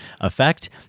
effect